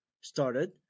started